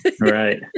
Right